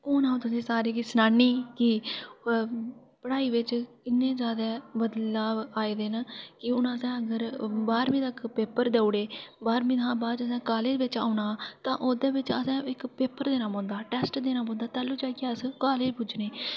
हुन आऊं तुसैं गी सुनानी पढ़ाई बिच इन्ने जैदा बदलाव आई दे न कि अगर असें बाह्रमीं तक्कर पेपर देऊडे़ ते बाद असैं कॉलेज च औना ते ओह्दे बिच असैं पेपर देना पौंदा तैलु जेइयै अस कॉलेज पुजने